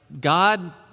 God